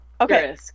Okay